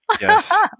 Yes